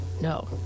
No